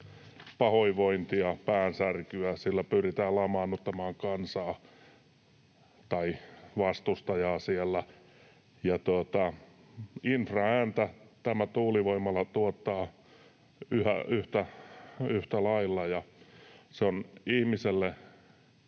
pahoinvointia, päänsärkyä. Sillä pyritään lamaannuttamaan kansaa tai vastustajaa siellä. Infraääntä tämä tuulivoimala tuottaa yhtä lailla, ja se on ihmiselle